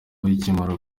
ikimara